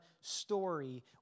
story